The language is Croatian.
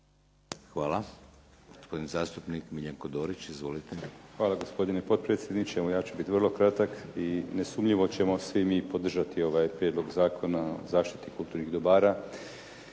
Hvala. Gospodin zastupnik Miljenko Dorić. Izvolite. **Dorić, Miljenko (HNS)** Hvala gospodine potpredsjedniče. Evo, ja ću biti vrlo kratak i nesumnjivo ćemo svi mi podržati ovaj Prijedlog zakona o zaštiti kulturnih dobara.